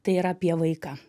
tai yra apie vaiką